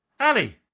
Ali